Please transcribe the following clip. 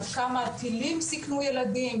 עד כמה הטילים סיכנו ילדים,